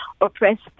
oppressed